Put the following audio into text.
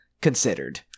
considered